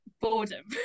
boredom